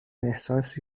احساسی